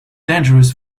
dangerous